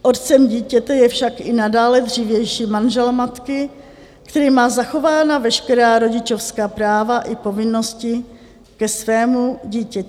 Otcem dítěte je však i nadále dřívější manžel matky, který má zachována veškerá rodičovská práva i povinnosti ke svému dítěti.